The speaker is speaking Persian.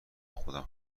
خودم